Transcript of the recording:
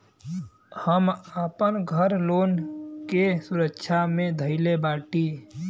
हम आपन घर लोन के सुरक्षा मे धईले बाटी